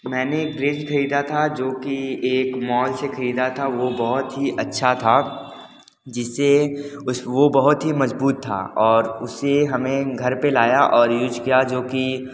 मैंने ब्रेंच खरीदा था जो कि एक मॉल से खरीदा था वो बहुत ही अच्छा था जिसे वो बहुत ही मजबूत था और उसे हमें घर पर लाया और यूज़ किया जो की